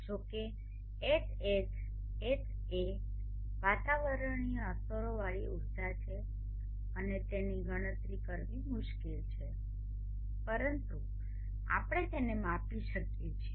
જો કે Ha એ વાતાવરણીય અસરોવાળી ઊર્જા છે અને તેની ગણતરી કરવી મુશ્કેલ છે પરંતુ આપણે તેને માપી શકીએ છીએ